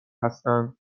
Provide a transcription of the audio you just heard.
هستند